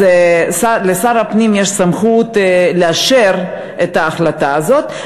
לשר הפנים יש סמכות לאשר את ההחלטה הזאת,